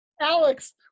Alex